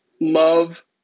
love